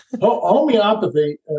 Homeopathy